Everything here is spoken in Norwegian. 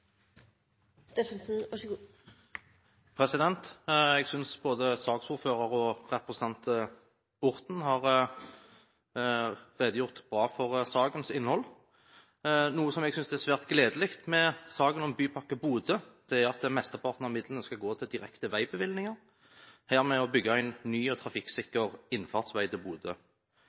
Orten har redegjort bra for sakens innhold. Noe som jeg synes er svært gledelig med saken om Bypakke Bodø, er at mesteparten av midlene skal gå til direkte veibevilgninger, hermed å bygge en ny og trafikksikker innfartsvei til Bodø.